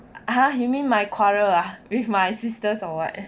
!huh! you mean my quarrel ah with my sisters or what